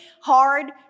hard